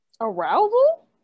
Arousal